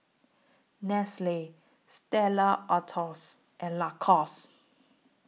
Nestle Stella Artois and Lacoste